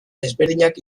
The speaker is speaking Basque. desberdinak